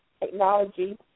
technology